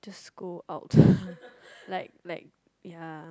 school out like like ya